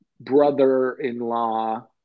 brother-in-law